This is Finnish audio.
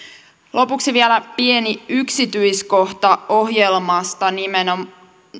lopuksi vielä pieni yksityiskohta ohjelmasta